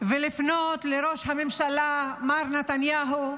ולפנות לראש הממשלה מר נתניהו,